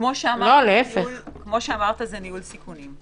כמו שאמרת, זה ניהול סיכונים.